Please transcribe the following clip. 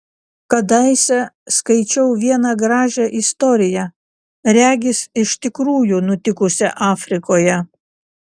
kadaise skaičiau vieną gražią istoriją regis iš tikrųjų nutikusią afrikoje